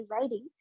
writing